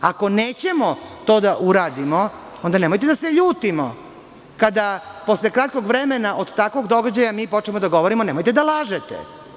Ako nećemo to da uradimo onda nemojte da se ljutimo kada posle kratkog vremena od takvog događaja mi počnemo da govorimo, nemojte da lažete.